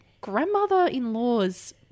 grandmother-in-law's